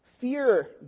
Fear